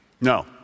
No